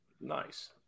Nice